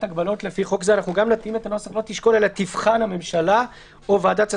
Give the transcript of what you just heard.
הגבלות לפי חוק זה תבחן הממשלה או ועדת השרים,